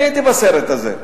אני הייתי בסרט הזה.